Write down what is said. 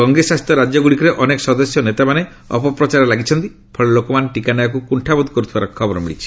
କଂଗ୍ରେସ ଶାସିତ ରାଜ୍ୟଗୁଡ଼ିକରେ ଅନେକ ସଦସ୍ୟ ଓ ନେତାମାନେ ଅପପ୍ରଚାରରେ ଲାଗିଛନ୍ତି ଫଳରେ ଲୋକମାନେ ଟିକା ନେବାକୁ କୁଣ୍ଠାବୋଧ କରୁଥିବାର ଖବର ମିଳିଛି